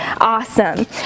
awesome